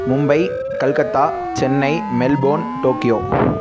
Mumbai Calcutta Chennai Melbourne Tokyo